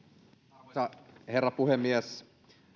arvoisa herra puhemies